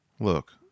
Look